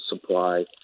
supply